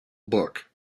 book